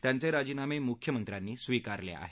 त्यांचे राजीनामे मुख्यमंत्र्यांनी स्विकारले आहेत